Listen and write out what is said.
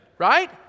right